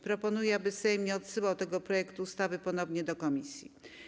Proponuję, aby Sejm nie odsyłał tego projektu ustawy ponownie do komisji.